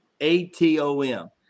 A-T-O-M